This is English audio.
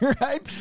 Right